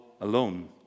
alone